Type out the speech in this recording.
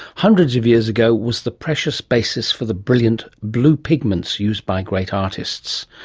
hundreds of years ago, was the precious basis for the brilliant blue pigments used by great artists.